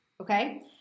okay